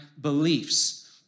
beliefs